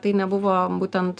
tai nebuvo būtent